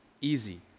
easy